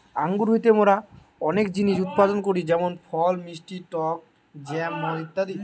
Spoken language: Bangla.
আঙ্গুর হইতে মোরা অনেক জিনিস উৎপাদন করি যেমন ফল, মিষ্টি টক জ্যাম, মদ ইত্যাদি